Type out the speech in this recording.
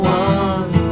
one